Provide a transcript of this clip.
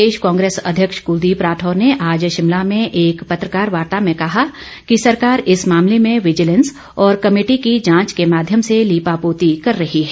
प्रदेश कांग्रेस अध्यक्ष कलदीप राठौर ने आज शिमला में एक पत्रकार वार्ता में कहा कि सरकार इस मामले में विजिलेंस और कमेटी की जांच के माध्यम से लीपापोती कर रही है